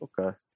Okay